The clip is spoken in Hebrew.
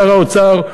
שר האוצר,